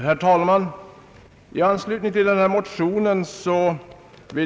Herr talman!